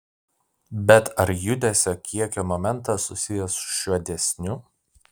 bet ar judesio kiekio momentas susijęs su šiuo dėsniu